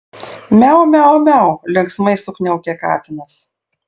miau miau miau linksmai sukniaukė katinas